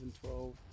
Twelve